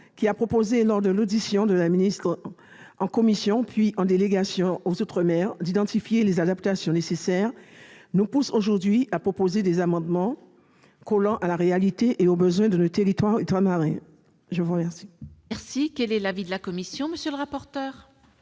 qui a proposé lors de l'audition de la ministre en commission, puis dans le cadre de la délégation aux outre-mer d'identifier les adaptations nécessaires, nous pousse aujourd'hui à proposer des amendements collant à la réalité et aux besoins de nos territoires ultramarins. Quel